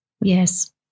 Yes